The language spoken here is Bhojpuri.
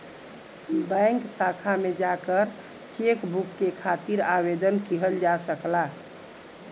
बैंक शाखा में जाकर चेकबुक के खातिर आवेदन किहल जा सकला